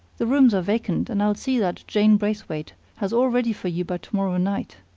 the rooms are vacant and i'll see that jane braithwaite has all ready for you by to-morrow night.